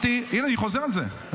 הינה, אני חוזר על זה.